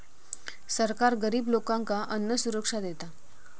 सरकार गरिब लोकांका अन्नसुरक्षा देता